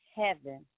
heaven